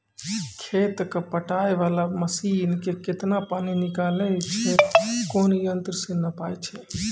खेत कऽ पटाय वाला मसीन से केतना पानी निकलैय छै कोन यंत्र से नपाय छै